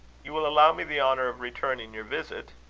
you will allow me the honour of returning your visit?